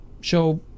show